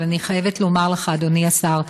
אבל אני חייבת לומר לך, אדוני השר,